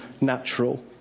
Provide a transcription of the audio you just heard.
natural